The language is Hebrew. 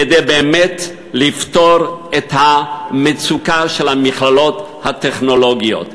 כדי לפתור באמת את המצוקה של המכללות הטכנולוגיות.